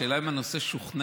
השאלה היא אם הנושא שכנע.